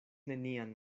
nenian